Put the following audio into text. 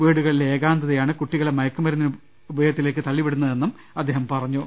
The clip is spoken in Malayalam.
വീടുകളിലെ ഏകാന്തതാണ് കുട്ടികളെ മയക്കുമരുന്നുപയോ ഗത്തിലേക്ക് തള്ളിവിടുന്നതെന്നും അദ്ദേഹം പറഞ്ഞു